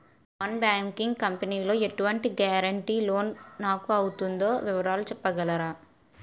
Non banking company లో ఎటువంటి guarantee loan నాకు అవుతుందో వివరాలు చెప్పగలరా?